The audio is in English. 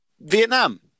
Vietnam